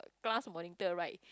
class monitor right